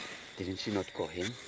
didn't she not call him?